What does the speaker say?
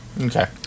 Okay